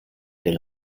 del